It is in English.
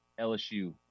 LSU